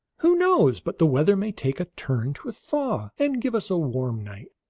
who knows but the weather may take a turn to a thaw, and give us a warm night?